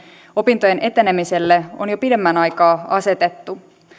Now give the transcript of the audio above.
opintojen etenemiselle on jo pidemmän aikaa asetettu